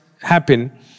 happen